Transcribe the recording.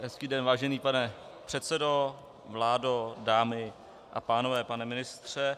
Hezký den, vážený pane předsedo, vládo, dámy a pánové, pane ministře.